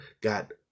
got